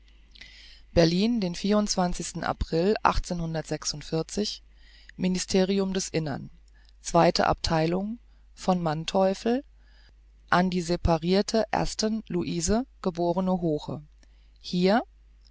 berlin den sten april ministerium des innern zweite abtheilung von manteuffel an die separirte aston louise geb hoche hier